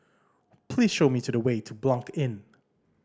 please show me to the way to Blanc Inn